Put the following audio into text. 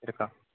இருக்கா